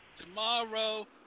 tomorrow